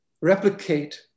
replicate